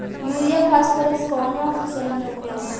Urea phosphorus कवना फ़सल में उपयोग होला?